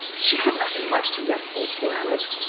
she had nothing much to live for, poor alex.